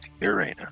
Irena